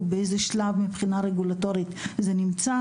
באיזה שלב מבחינה רגולטורית זה נמצא,